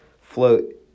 float